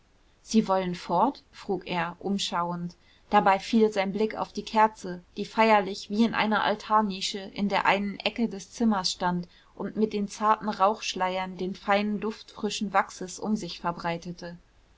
sie wollen fort frug er umschauend dabei fiel sein blick auf die kerze die feierlich wie in einer altarnische in der einen ecke des zimmers stand und mit den zarten rauchschleiern den feinen duft frischen wachses um sich verbreitete